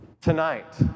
tonight